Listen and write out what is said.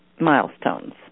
milestones